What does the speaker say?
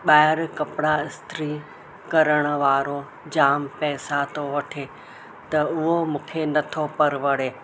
ॿाहिरि कपिड़ा इस्त्री करणु वारो जाम पैसा तो वठे त उहो मूंखे नथो परवड़े